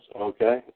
okay